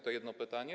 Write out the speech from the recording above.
To jedno pytanie.